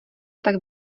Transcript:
tak